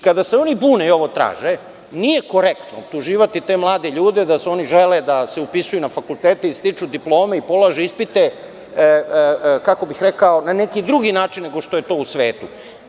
Kada se oni bune i ovo traže, nije korektno optuživati te mlade ljude da oni žele da se upisuju na fakultet i stiču diplome i polažu ispite, kako bih rekao, na neki drugi način nego što je to u svetu.